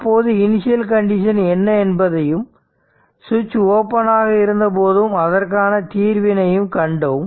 அப்போது initial condition என்ன என்பதையும் சுவிட்ச் ஓபன் ஆக இருந்த போதும் அதற்கான தீர்வினை கண்டோம்